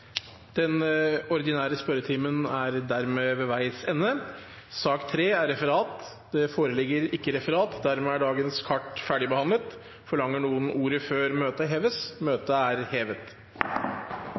Den ordinære spørretimen er dermed ved veis ende. Det foreligger ikke noe referat. Dermed er dagens kart ferdigbehandlet. Forlanger noen ordet før møtet heves?